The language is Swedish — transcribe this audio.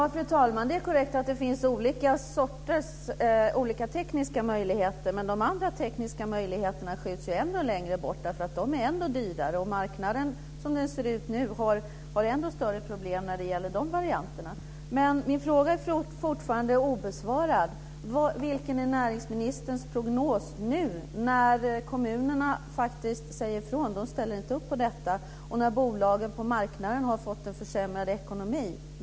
Fru talman! Det är korrekt att det finns olika sorters tekniska möjligheter, men de andra tekniska möjligheterna skjuts ju ännu längre fram, för de är ännu dyrare. Marknaden, som den ser ut nu, har ännu större problem med de varianterna. Min fråga är fortfarande obesvarad: Vilken är näringsministerns prognos nu när kommunerna säger ifrån och inte ställer upp på detta och när bolagen på marknaden har fått en försämrad ekonomi?